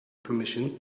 permission